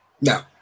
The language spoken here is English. No